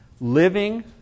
Living